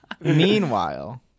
meanwhile